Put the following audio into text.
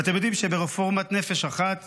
ואתם יודעים שברפורמת נפש אחת